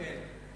כן.